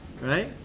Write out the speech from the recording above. Right